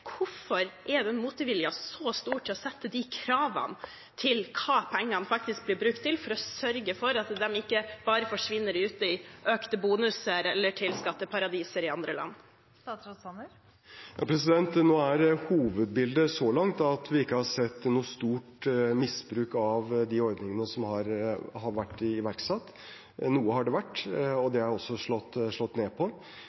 er: Hvorfor er motviljen så stor mot å sette krav til hva pengene faktisk blir brukt til, for å sørge for at de ikke bare forsvinner ut i økte bonuser, eller til skatteparadiser i andre land? Ja, nå er hovedbildet så langt at vi ikke har sett noe stort misbruk av de ordningene som har vært iverksatt. Noe har det vært, og det